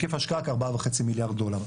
היקף ההשקעה כ-4.5 מיליארד דולר.